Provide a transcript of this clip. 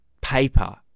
paper